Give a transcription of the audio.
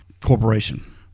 Corporation